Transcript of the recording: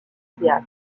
théâtre